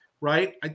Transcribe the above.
Right